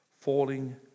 falling